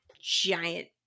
giant